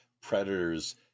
predators